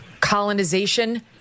colonization